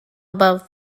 above